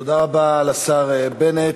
תודה רבה לשר בנט.